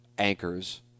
anchors